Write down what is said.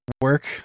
work